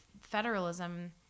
federalism